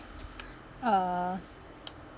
uh